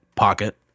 pocket